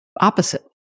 opposite